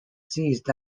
seized